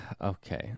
Okay